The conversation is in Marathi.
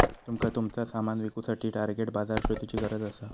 तुमका तुमचा सामान विकुसाठी टार्गेट बाजार शोधुची गरज असा